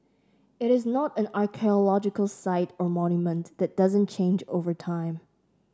it is not an archaeological site or monument that doesn't change over time